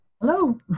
Hello